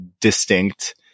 distinct